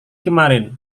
kemarin